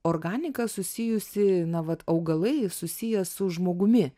organika susijusi na vat augalai susiję su žmogumi